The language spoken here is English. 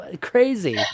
crazy